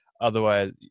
Otherwise